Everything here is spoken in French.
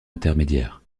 intermédiaire